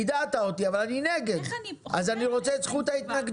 יידעת אותי אבל אם אני נגד אני רוצה את זכות ההתנגדות.